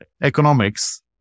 economics